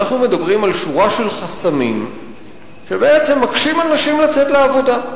אלא על שורת חסמים שמקשים על נשים לצאת לעבודה.